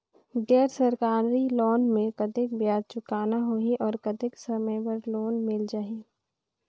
गैर सरकारी लोन मे कतेक ब्याज चुकाना होही और कतेक समय बर लोन मिल जाहि?